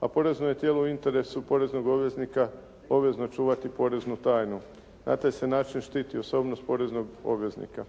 a porezno je tijelo u interesu poreznog obveznika obvezno čuvati poreznu tajnu. Na taj se način štiti osobnost poreznog obveznika.